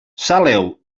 saleu